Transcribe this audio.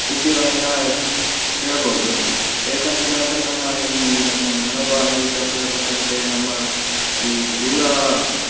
ಸುದ್ದಿಗಳನ್ನ ಕೇಳ್ಬೌದು ಏಕಂತ ಕೇಳಿದರೆ ನಮ್ಮ ಈ ನಮ್ಮ ಮನೋಭಾವನೆಗೆ ಸಂಬಂಧಪಟ್ಟಂತೆ ನಮ್ಮ ಈ ದೂರ